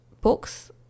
books